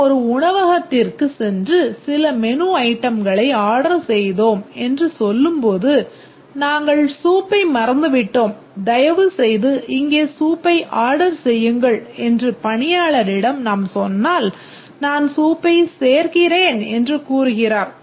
நாம் ஒரு உணவகத்திற்குச் சென்று சில மெனு ஐட்டம்களை ஆர்டர் செய்தோம் என்று சொல்லும்போது நாங்கள் சூப்பை மறந்துவிட்டோம் தயவுசெய்து இங்கே சூப்பை ஆர்டர் செய்யுங்கள்என்று பணியாளரிடம் நாம் சொன்னால் நான் சூப்பைச் சேர்க்கிறேன் என்று கூறுகிறார்